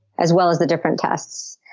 as well as the different tests.